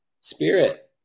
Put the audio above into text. spirit